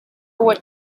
what